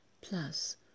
plus